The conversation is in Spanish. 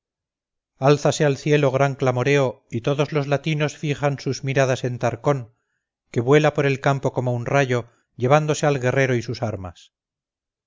alzase al cielo gran clamoreo y todos los latinos fijan sus miradas en tarcón que vuela por el campo como un rayo llevándose al guerrero y sus armas